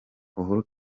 uhuru